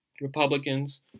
Republicans